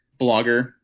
blogger